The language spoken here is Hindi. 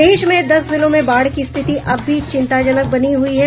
प्रदेश में दस जिलों में बाढ़ की रिथिति अब भी चिंताजनक बनी हुई है